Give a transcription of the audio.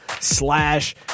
slash